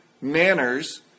manners